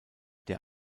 der